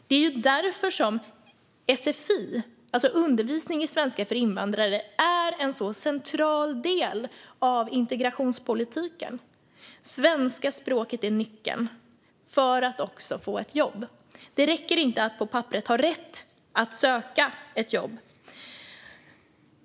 Det är därför som sfi, undervisning i svenska för invandrare, är en så central del av integrationspolitiken. Svenska språket är nyckeln för att få ett jobb; det räcker inte att på papperet ha rätt att söka ett jobb.